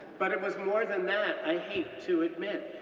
but it was more than that, i hate to admit,